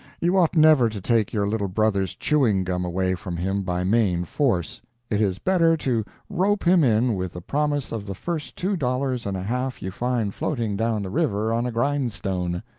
you ought never to take your little brother's chewing-gum away from him by main force it is better to rope him in with the promise of the first two dollars and a half you find floating down the river on a grindstone.